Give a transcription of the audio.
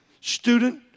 Student